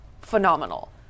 Phenomenal